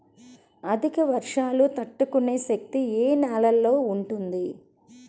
అధిక వర్షాలు తట్టుకునే శక్తి ఏ నేలలో ఉంటుంది?